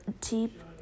deep